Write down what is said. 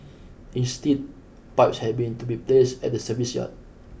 instead pipes had been to be placed at the service yard